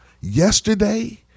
Yesterday